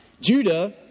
Judah